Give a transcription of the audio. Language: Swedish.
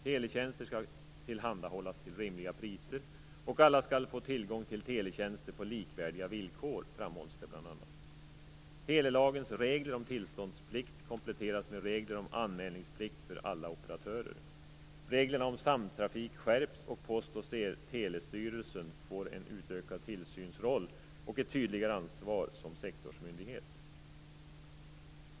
Teletjänster skall tillhandahållas till rimliga priser och alla skall få tillgång till teletjänster på likvärdiga villkor, framhålls det bl.a. telelagens regler om tillståndsplikt kompletteras med regler om anmälningsplikt för alla operatörer. Reglerna om samtrafik skärps, och Post och telestyrelsen får en utökad tillsynsroll och ett tydligare ansvar som sektorsmyndighet.